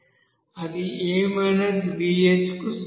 అది a bh కు సమానం